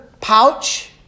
pouch